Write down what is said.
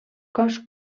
cos